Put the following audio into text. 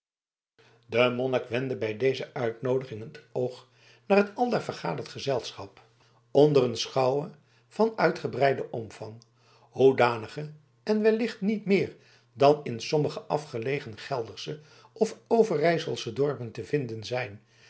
de monnik wendde bij deze uitnoodiging het oog naar het aldaar vergaderd gezelschap onder een schouwe van uitgebreiden omvang hoedanige er wellicht niet meer dan in sommige afgelegen geldersche of overijselsche dorpen te vinden zijn